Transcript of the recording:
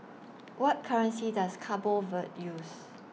What currency Does Cabo Verde use